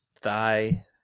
thigh